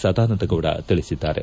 ಸದಾನಂದಗೌಡ ತಿಳಿಸಿದ್ದಾರೆ